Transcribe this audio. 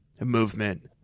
movement